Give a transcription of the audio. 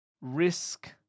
Risk